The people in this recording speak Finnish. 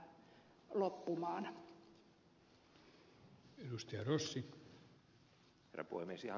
herra puhemies